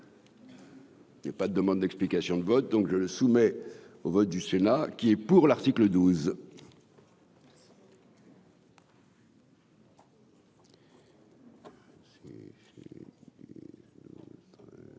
Il y a pas de demande d'explications de vote, donc je le soumet au vote du Sénat qui est pour l'article 12.